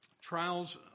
trials